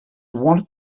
wanted